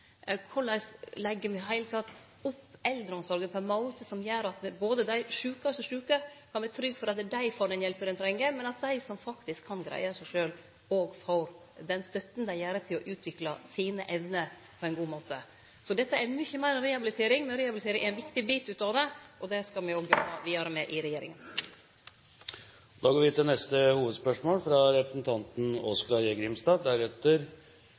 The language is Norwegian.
Korleis kan me i det heile leggje opp eldreomsorga på ein måte som gjer at dei sjukaste sjuke kan vere trygge på at dei får den hjelpa dei treng, men at dei som faktisk kan greie seg sjølve, òg kan få den støtta som gjer at dei kan utvikle sine evner på ein god måte. Så dette handlar om mykje meir enn rehabilitering, men rehabilitering er ein viktig bit av det, og det skal me òg gå vidare med i regjeringa. Vi går til neste